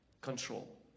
control